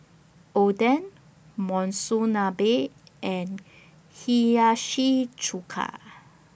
Oden Monsunabe and Hiyashi Chuka